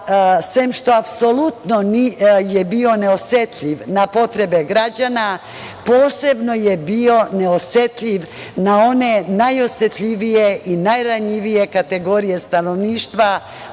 sem što je apsolutno bio neosetljiv na potrebe građana, posebno je bio neosetljiv na one najosetljivije i najranjivije kategorije stanovništva,